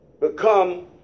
Become